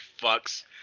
fucks